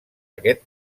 aquest